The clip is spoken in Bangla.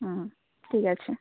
হুম হুম ঠিক আছে